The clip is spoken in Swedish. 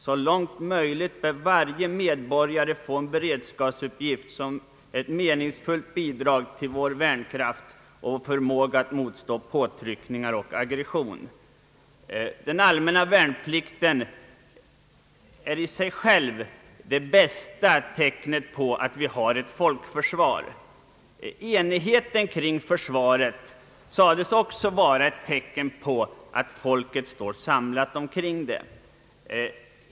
Så långt det är möjligt bör varje medborgare få en beredskapsuppgift som ett meningsfullt bidrag till vår värnkraft och vår förmåga att motstå påtryckningar och aggression. Den allmänna värnplikten är i sig själv det bästa tecknet på att vi har ett folkförsvar. Den politiska enigheten om försvaret sades också vara ett tecken på att folket står samlat kring det.